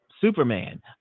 Superman